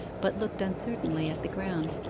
but looked uncertainly at the ground,